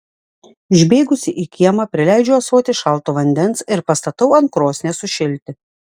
išbėgusi į kiemą prileidžiu ąsotį šalto vandens ir pastatau ant krosnies sušilti